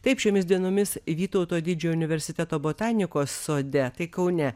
taip šiomis dienomis vytauto didžiojo universiteto botanikos sode tai kaune